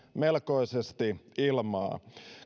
melkoisesti ilmaa